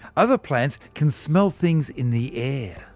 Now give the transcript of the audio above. other plants can smell things in the air.